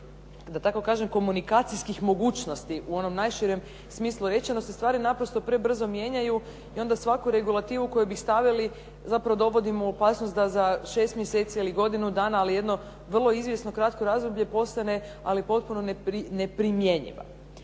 da tako kažem komunikacijskih mogućnosti u onom najširem smislu rečeno se stvari naprosto prebrzo mijenjaju i onda svaku regulativu koju bi stavili zapravo dovodimo u opasnost da za šest mjeseci ili godinu dana, ali jedno vrlo izvjesno kratko razdoblje postane ali potpuno neprimjenjiva.